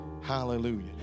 Hallelujah